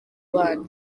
bana